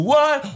one